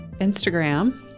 instagram